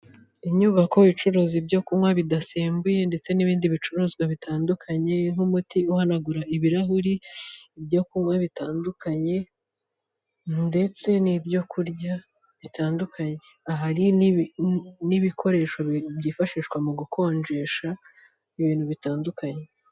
Inyubako icuruza ibyo kunywa bidasembuye ndetse n'ibindi bicuruzwa bitandukanye nk'umuti uhanagura ibirahuri, ibyo kunywa bitandukanye ndetse n'ibyo kurya bitandukanye ahari n'ibikoresho byifashishwa mu gukonjesha ibintu bitandukanye.